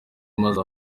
maze